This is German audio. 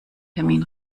termin